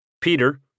Peter